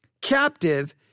captive